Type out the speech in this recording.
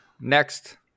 Next